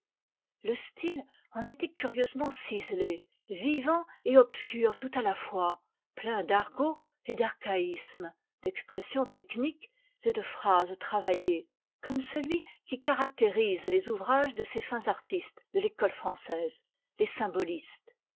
le style en était curieusement ciselé vivant et obscur tout à la fois plein d'argot et d'archaïsmes d'expressions techniques et de phrases travaillées comme celui qui caractérise les ouvrages de ces fins artistes de l'école française les symbolistes